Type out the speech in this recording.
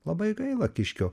labai gaila kiškio